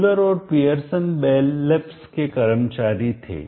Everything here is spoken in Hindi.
फुलर और पियरसन बेल लैब्स के कर्मचारी थे